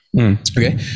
Okay